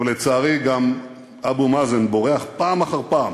אבל, לצערי, גם אבו מאזן בורח פעם אחר פעם